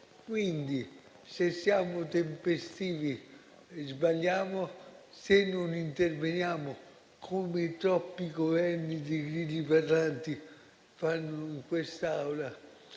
Quindi, se siamo tempestivi, sbagliamo. Se non interveniamo, come troppi Governi di grilli parlanti fanno in quest'Aula,